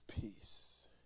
peace